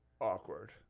awkward